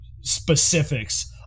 specifics